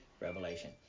revelation